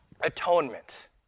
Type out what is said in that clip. atonement